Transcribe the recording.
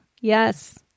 Yes